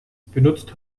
benutzt